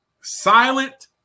Silent